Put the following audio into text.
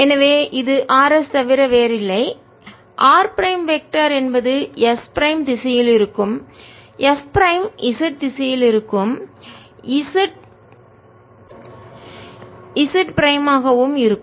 எனவே இது r s தவிர வேறில்லை r பிரைம் வெக்டர் திசையன் என்பது s பிரைம் திசையில் இருக்கும் s பிரைம் z திசையில் இருக்கும் z பிரைம்மாகவும் இருக்கும்